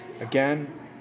Again